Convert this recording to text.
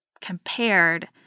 compared